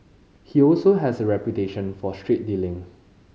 he also has a reputation for straight dealing